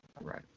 Right